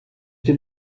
den